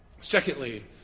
Secondly